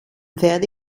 werde